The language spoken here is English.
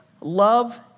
love